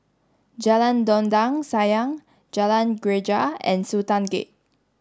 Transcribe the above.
Jalan Dondang Sayang Jalan Greja and Sultan Gate